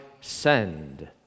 send